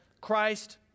Christ